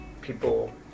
people